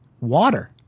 Water